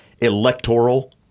electoral